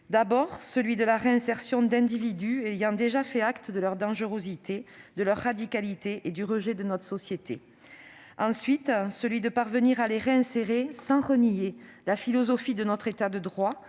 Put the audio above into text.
part, celui de la réinsertion d'individus ayant déjà fait acte de leur dangerosité, de leur radicalité et du rejet de notre société ; d'autre part, celui de parvenir à les réinsérer sans renier la philosophie de notre État de droit,